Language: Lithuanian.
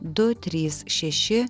du trys šeši